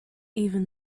even